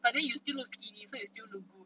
but then you still look skinny so you still look good